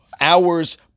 hours